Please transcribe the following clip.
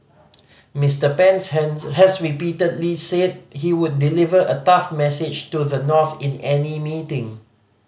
Mister Pence hanse has repeatedly said he would deliver a tough message to the North in any meeting